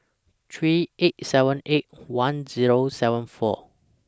three eight seven eight one Zero seven four